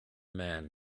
man